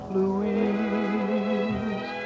Louise